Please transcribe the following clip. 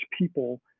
people